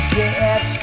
yes